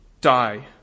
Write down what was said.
die